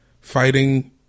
fighting